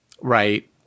right